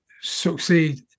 succeed